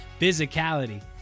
physicality